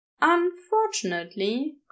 Unfortunately